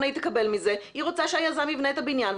היא תקבל והיא רוצה שהיזם יבנה את הבניין.